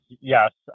yes